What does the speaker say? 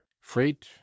freight